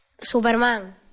Superman